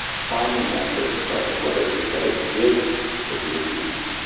finally, answer the question of whether it is better to give or to receive.